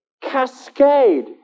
cascade